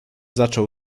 zaczął